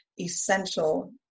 essential –